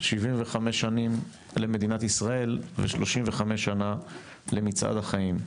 75 שנים למדינת ישראל ו-35 שנה למצעד החיים.